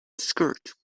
skirt